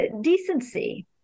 decency